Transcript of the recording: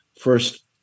First